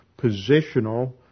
positional